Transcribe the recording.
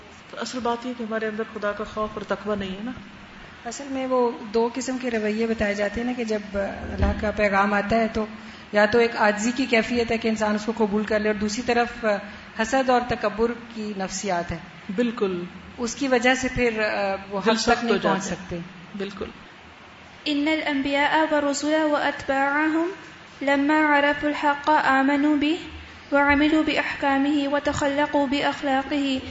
تو اصل بات یہ ہے کہ ہمارے اندر خدا کا خوف اور تقوی نہیں ہے نا۔ اصل میں وہ دو قسم کے رویے بتائے جاتے ہیں نا کہ جب اللہ کا پیغام آتا ہے تو یا تو ایک عاجزی کی کیفیت ہے کہ انسان اس کو قبول کر لے اور دوسری طرف حسد اور تکبر کی نفسیات ہیں۔ بالکل۔ اس کی وجہ سے پھر، آہ، وہ دل حق تک سخت ہو نہیں پہنچ جاتا ہے۔ سکتے۔ بالکل۔ إِنَّ الْأَنْبِيَاءَ وَالرُّسُلَ وَأَتْبَاعَهُمْ لَمَّا عَرَفُوا الْحَقَّ آمَنُوا بِهِ وَعَمِلُوا بِأَحْكَامِهِ وَتَخَلَّقُوا بِأَخْلَاقِهِ